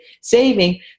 saving